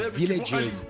villages